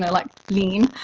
like lean!